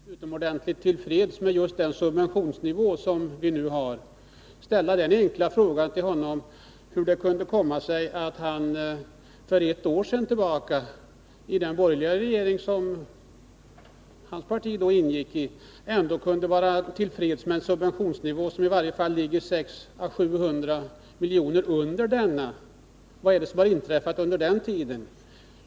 Herr talman! I allra sista delen av sitt inlägg förklarade sig Lennart Brunander vara utomordentligt till freds med just den subventionsnivå som vi nu har. Jag vill då ställa den enkla frågan till honom hur det kunde komma sig att han för ett år sedan, när hans parti ingick i den borgerliga regeringen, ändå kunde vara till freds med en subventionsnivå som låg i varje fall 600 å 700 milj.kr. lägre. Vad är det som har inträffat under den tiden?